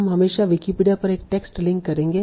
हम हमेशा विकिपीडिया पर एक टेक्स्ट लिंक करेंगे